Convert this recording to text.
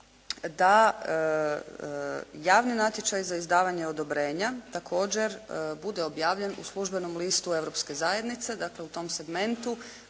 da javni natječaj za izdavanje odobrenja također bude objavljen u službenom listu Europske zajednice, dakle u tom segmentu